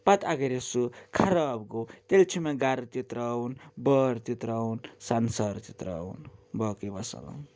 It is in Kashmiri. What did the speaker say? پتہٕ اگرَے سُہ خراب گوٚو تیٚلہِ چھُ مےٚ گَرٕ تہِ ترٛاوُن بار تہِ ترٛاوُن سمسار تہِ تراوُن باقٕے وسلام